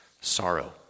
sorrow